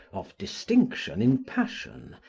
of distinction in passion,